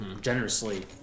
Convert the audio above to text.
Generously